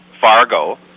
Fargo